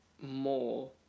more